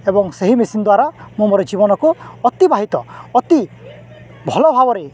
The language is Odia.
ଏବଂ ସେହି ମେସିନ୍ ଦ୍ୱାରା ମୁଁ ମୋର ଜୀବନକୁ ଅତିବାହିତ ଅତି ଭଲ ଭାବରେ